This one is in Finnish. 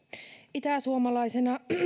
itäsuomalaisena